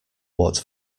what